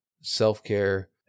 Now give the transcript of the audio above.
self-care